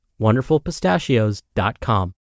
wonderfulpistachios.com